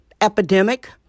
epidemic